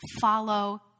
follow